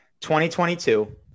2022